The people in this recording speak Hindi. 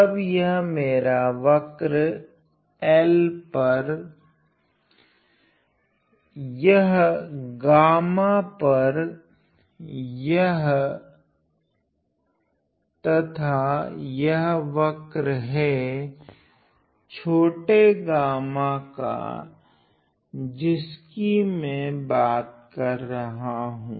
तो यह मेरा वक्र हैं L पर यह गामा पर तथा यह वक्र हैं छोटे गामा का जिसकी मैं बात कर रहा हूँ